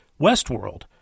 Westworld